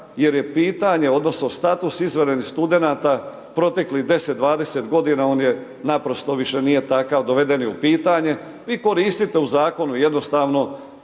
jer je pitanje odnosno status izvanrednih studenata proteklih 10-20 godina on je naprosto više nije takav, doveden je u pitanje. Vi koristite u zakonu jednostavno